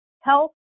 Health